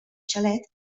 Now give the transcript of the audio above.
xalet